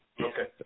Okay